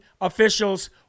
official's